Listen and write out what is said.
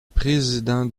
président